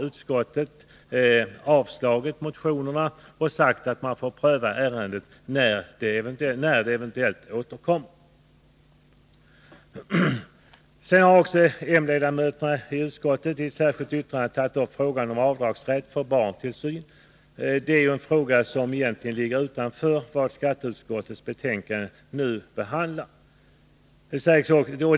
Utskottsmajoriteten har avstyrkt motionerna och sagt att vi får pröva ärendet när det eventuellt återkommer. Sedan har också m-ledamöterna i utskottet i ett särskilt yttrande tagit upp frågan om rätt till avdrag för barntillsynskostnader. Det är en fråga som egentligen ligger utanför vad skatteutskottet i nu föreliggande betänkande behandlar.